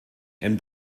and